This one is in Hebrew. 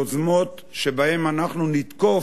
יוזמות שבהן אנחנו נתקוף,